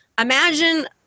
imagine –